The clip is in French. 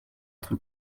être